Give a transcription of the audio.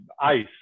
ice